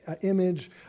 Image